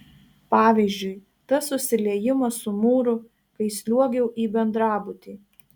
pavyzdžiui tas susiliejimas su mūru kai sliuogiau į bendrabutį